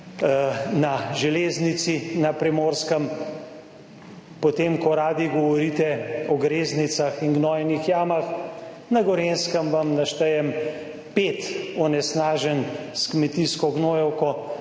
na železnici na Primorskem, potem ko radi govorite o greznicah in gnojnih jamah, na Gorenjskem vam naštejem 5 onesnaženj s kmetijsko gnojevko,